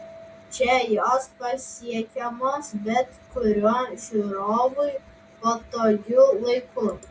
čia jos pasiekiamos bet kuriuo žiūrovui patogiu laiku